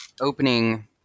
opening